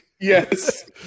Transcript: yes